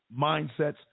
mindsets